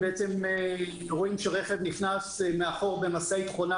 רואים שרכב נכנס מאחור במשאית חונה.